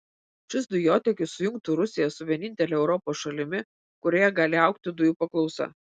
šis dujotiekis sujungtų rusiją su vienintele europos šalimi kurioje gali augti dujų paklausa